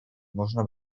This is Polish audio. można